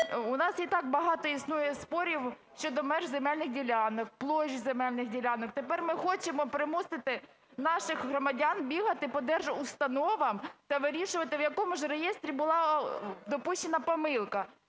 у нас і так багато існує спорів щодо меж земельних ділянок, площ земельних ділянок. Тепер ми хочемо примусити наших громадян бігати по держустановам та вирішувати, в якому ж реєстрі була допущена помилка.